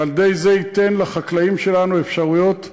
ועל-ידי זה ייתן לחקלאים שלנו אפשרויות חדשות,